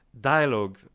dialogue